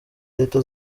leta